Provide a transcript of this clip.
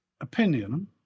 opinion